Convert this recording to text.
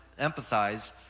empathize